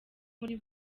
muri